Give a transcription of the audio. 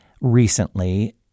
recently